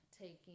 taking